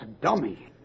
Dummy